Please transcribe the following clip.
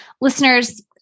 Listeners